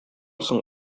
соң